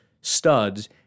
studs